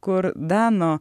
kur dano